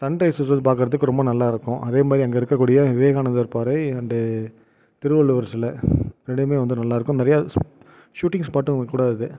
Sun rises பார்க்குறதுக்கு ரொம்ப நல்லா இருக்கும் அதே மாதிரி அங்கே இருக்கக்கூடிய விவேகானந்தர் பாறை அண்ட் திருவள்ளுவர் சிலை ரெண்டுமே வந்து நல்லாருக்கும் நிறைய ஷு ஷுட்டிங் ஸ்பாட்டும் கூட அது